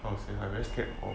how to say I very scared hor